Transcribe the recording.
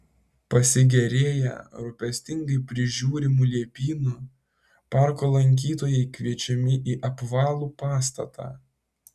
pasigėrėję rūpestingai prižiūrimu liepynu parko lankytojai kviečiami į apvalų pastatą